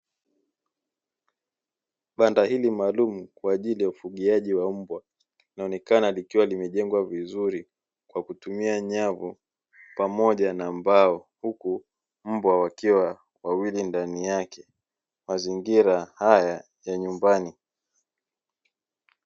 Banda hili maalumu kwa ajili ya ufugiaji wa mbwa, linaonekana likiwa limejengwa vizuri kwa kutumia nyavu pamoja na mbao huku mbwa wakiwa wawili ndani yake, mazingira haya ya nyumbani.